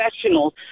professionals